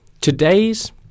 Today's